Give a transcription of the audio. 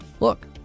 Look